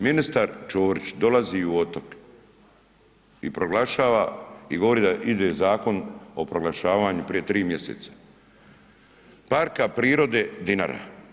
Ministar Čorić dolazi u Otok i proglašava i govori da ide zakon o proglašavanju prije 3 mjeseca Parka prirode Dinara.